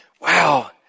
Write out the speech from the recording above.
wow